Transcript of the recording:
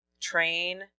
Train